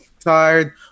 tired